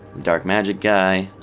dark magic guy,